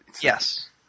Yes